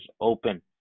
open